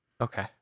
Okay